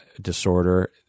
disorder